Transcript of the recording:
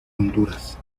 honduras